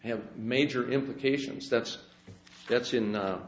have major implications that's that's in